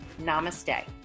Namaste